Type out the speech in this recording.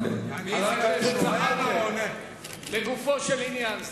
חבר הכנסת זחאלקה, לגופו של עניין.